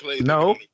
no